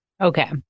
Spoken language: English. Okay